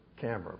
camera